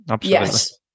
yes